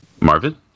Marvin